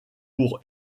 pour